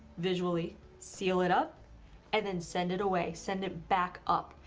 visually seal it, up and then send it away, send it back up,